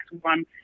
one